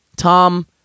Tom